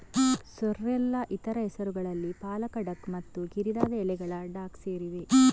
ಸೋರ್ರೆಲ್ನ ಇತರ ಹೆಸರುಗಳಲ್ಲಿ ಪಾಲಕ ಡಾಕ್ ಮತ್ತು ಕಿರಿದಾದ ಎಲೆಗಳ ಡಾಕ್ ಸೇರಿವೆ